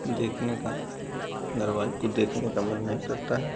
देखने का धारावाहिक को देखने का मन नहीं करता है